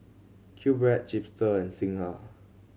QBread Chipster and Singha